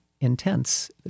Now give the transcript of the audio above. intense